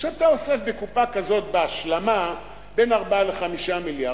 פשוט אתה אוסף בקופה כזאת בהשלמה בין 4 ל-5 מיליארד,